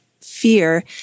fear